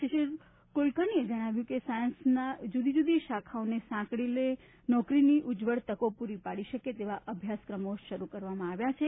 શિરીષ કુલકર્ણીએ જણાવ્યું હતું કે સાયન્સના જૂદી જૂદી શાખાઓને સાંકળીને નોકરીની ઉજ્જવળ તકો પ્રરી પાડી શકે તેવા અભ્યાસક્રમ શરૂ કરવામાં આવ્યા છે